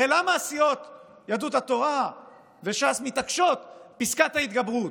הרי למה הסיעות יהדות התורה וש"ס מתעקשות: פסקת ההתגברות?